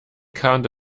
can’t